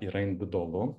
yra individualu